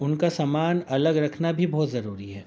ان کا سامان الگ رکھنا بھی بہت ضروری ہے